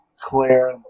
Claire